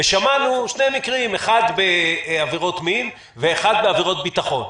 שמענו שני מקרים: אחד בעבירות מין ואחד בעבירות ביטחון.